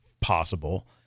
possible